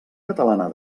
catalana